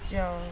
比较